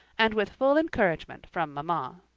and with full encouragement from mamma.